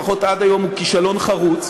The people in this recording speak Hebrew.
לפחות עד היום הוא כישלון חרוץ,